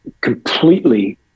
completely